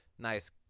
nice